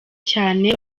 cyane